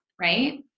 Right